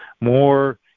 more